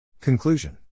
Conclusion